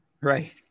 Right